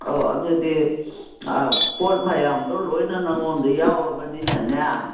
ꯑꯧ ꯑꯗꯨꯗꯤ ꯄꯣꯠ ꯃꯌꯥꯝꯗꯣ ꯂꯣꯏꯅ ꯅꯉꯣꯟꯗ ꯌꯥꯎꯔꯕꯅꯤꯅꯅꯦ